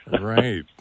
Right